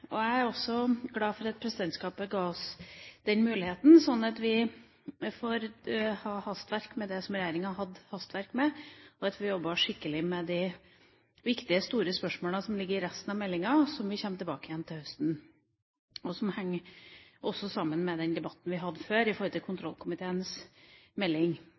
to. Jeg er glad for at presidentskapet ga oss den muligheten, sånn at vi kan ha hastverk med det som regjeringa hadde hastverk med, og at vi jobber skikkelig med de viktige, store spørsmålene som ligger i resten av meldinga, og som vi kommer tilbake til til høsten, og som også henger sammen med den debatten vi hadde tidligere i